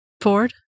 Ford